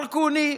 ברכוני,